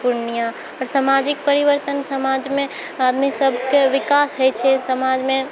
पूर्णिया आओर सामाजिक परिवर्तन समाजमे आदमी सबके विकास होइ छै समाजमे